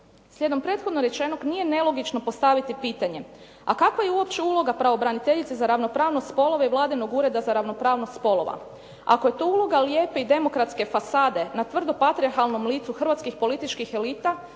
Slijedom prethodno rečenog nije nelogično postaviti pitanje, a kakva je uopće uloga pravobraniteljice za ravnopravnost spolova i Vladinog Ureda za ravnopravnost spolova. Ako je to uloga lijepe i demokratske fasade na tvrdo patrijarhalnom licu hrvatskih političkih elita,